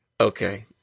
okay